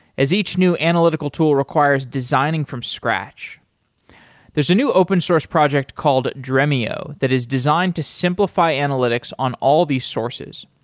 as each new analytical tool requires designing from scratch there's a new open source project called dremio that is designed to simplify analytics on all these sources.